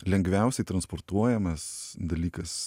lengviausiai transportuojamas dalykas